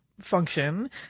function